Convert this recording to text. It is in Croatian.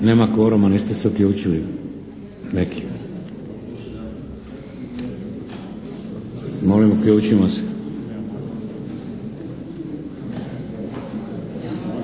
Nema kvoruma, niste se uključili neki. Molim uključimo se.